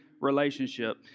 relationship